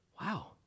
Wow